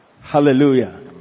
hallelujah